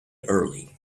early